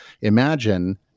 imagine